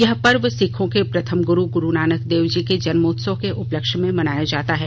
यह पर्व सिखों के प्रथम गुरु गुरुनाक देव जी के जन्मोत्सव के उपलक्ष्य में मनाया जाता है